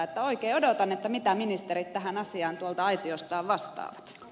oikein odotan mitä ministerit tähän asiaan tuolta aitiostaan vastaavat